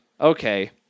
Okay